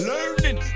Learning